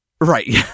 Right